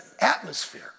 atmosphere